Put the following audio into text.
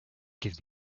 give